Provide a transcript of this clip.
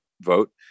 vote